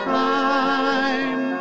time